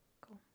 cool